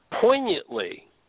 poignantly